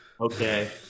Okay